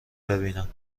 ببینم